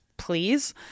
please